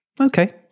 Okay